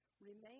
Remain